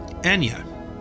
Enya